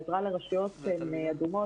עזרה לרשויות אדומות,